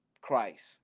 Christ